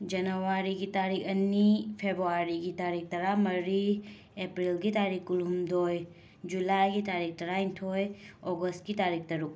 ꯖꯅꯋꯥꯔꯤꯒꯤ ꯇꯥꯔꯤꯛ ꯑꯅꯤ ꯐꯦꯕ꯭ꯋꯥꯔꯤꯒꯤ ꯇꯥꯔꯤꯛ ꯇꯔꯥꯃꯔꯤ ꯑꯦꯄ꯭ꯔꯤꯜꯒꯤ ꯇꯥꯔꯤꯛ ꯀꯨꯜꯍꯨꯝꯗꯣꯏ ꯖꯨꯂꯥꯏꯒꯤ ꯇꯥꯔꯤꯛ ꯇꯔꯥꯏꯟꯊꯣꯏ ꯑꯣꯒꯁꯀꯤ ꯇꯥꯔꯤꯛ ꯇꯔꯨꯛ